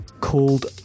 called